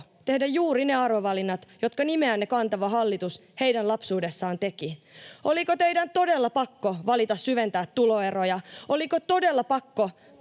tehdä juuri ne arvovalinnat, jotka nimeänne kantava hallitus heidän lapsuudessaan teki. Oliko teidän todella pakko valita syventää tuloeroja? Oliko todella pakko